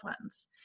ones